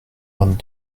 vingt